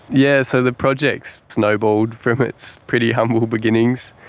yes, so the project snowballed from its pretty humble beginnings.